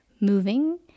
moving